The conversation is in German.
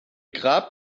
grab